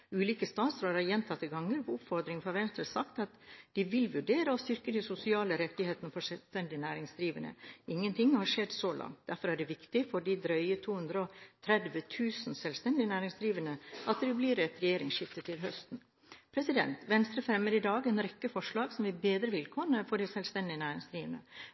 Ulike statsråder har på oppfordring fra Venstre gjentatte ganger sagt at de vil vurdere å styrke de sosiale rettighetene for selvstendig næringsdrivende. Ingenting har skjedd så langt. Derfor er det viktig for de drøyt 230 000 selvstendig næringsdrivende at det blir et regjeringsskifte til høsten. Venstre fremmer i dag en rekke forslag som vil bedre vilkårene for de selvstendig næringsdrivende;